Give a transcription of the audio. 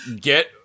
Get